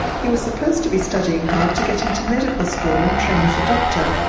he was supposed to be studying hard to get into medical school and train as a doctor.